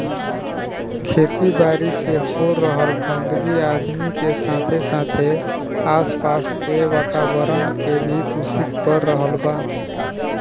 खेती बारी से हो रहल गंदगी आदमी के साथे साथे आस पास के वातावरण के भी दूषित कर रहल बा